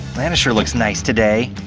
lana sure looks nice today.